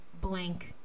blank